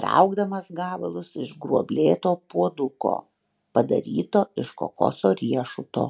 traukdamas gabalus iš gruoblėto puoduko padaryto iš kokoso riešuto